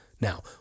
Now